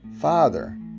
Father